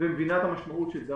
ומבינה את המשמעות של זה.